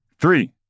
Three